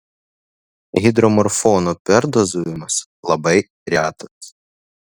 hidromorfono perdozavimas labai retas